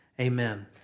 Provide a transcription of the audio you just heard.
Amen